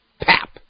PAP